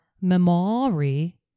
memory